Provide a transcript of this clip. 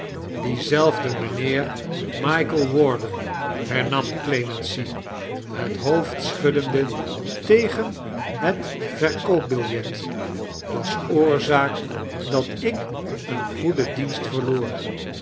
diezelfde mijnheer michael warden hermam clemency het hoofd seihuddendei tegen het verkoopbiljet was oorzaak dat ik een goeden dienst